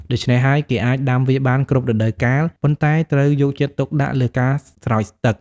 ដូច្នេះហើយ គេអាចដាំវាបានគ្រប់រដូវកាល ប៉ុន្តែត្រូវយកចិត្តទុកដាក់លើការស្រោចទឹក។